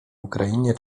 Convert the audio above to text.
ukrainie